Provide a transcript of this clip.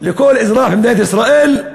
לכל אזרח במדינת ישראל,